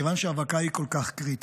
מכיוון שהאבקה היא כל כך קריטית,